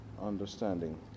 understanding